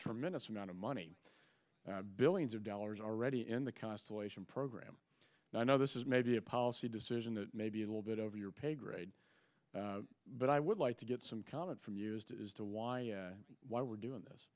tremendous amount of money billions of dollars already in the constellation program and i know this is maybe a policy decision that may be a little bit over your pay grade but i would like to get some comment from used as to why why we're doing this